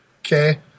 Okay